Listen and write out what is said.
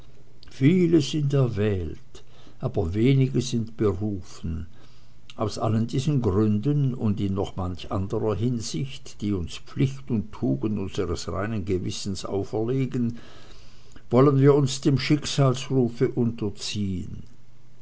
viele sind erwählt aber wenige sind berufen aus allen diesen gründen und in noch manch anderer hinsicht die uns die pflicht und die tugend unseres reinen gewissens auferlegen wollen wir uns dem schicksalsrufe unterziehen